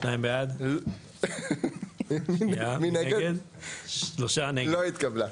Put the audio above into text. הצבעה בעד, 2 נגד, 3 נמנעים, 0 הרביזיה לא התקבלה.